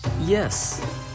Yes